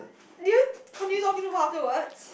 did you continue talking to her afterwards